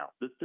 now